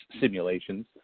simulations